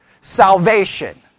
Salvation